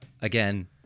Again